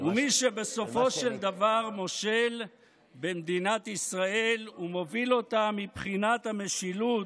ובסופו של דבר מי שמושל במדינת ישראל ומוביל אותה מבחינת המשילות,